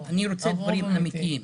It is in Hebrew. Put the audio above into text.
אני רוצה דברים אמיתיים.